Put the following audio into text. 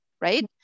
right